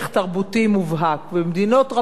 במדינות רבות בעולם המערבי